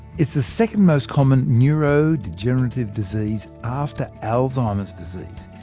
it's the second most common neuro-degenerative disease after alzheimer's disease.